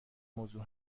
موضوع